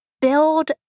build